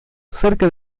cerca